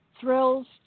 thrills